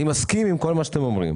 אני מסכים עם כל מה שאתם אומרים,